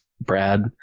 Brad